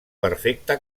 perfecta